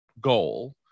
goal